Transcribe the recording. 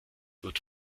wird